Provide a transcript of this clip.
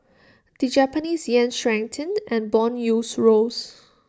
the Japanese Yen strengthened and Bond yields rose